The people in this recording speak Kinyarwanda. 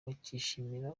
bakishimira